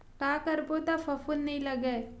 का करबो त फफूंद नहीं लगय?